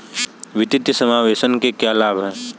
वित्तीय समावेशन के क्या लाभ हैं?